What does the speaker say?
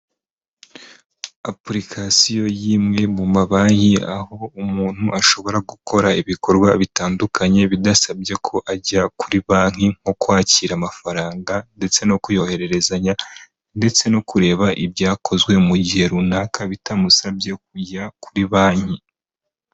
Apurikasiyo y'imwe mu mabanki, aho umuntu ashobora gukora ibikorwa bitandukanye bidasabye ko ajya kuri banki nko kwakira amafaranga ndetse no kuyohererezanya ndetse no kureba ibyakozwe mu gihe runaka bitamusabye kujya kuri banki.